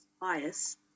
bias